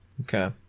Okay